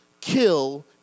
kill